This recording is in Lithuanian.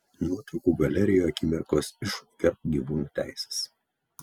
nuotraukų galerijoje akimirkos iš gerbk gyvūnų teises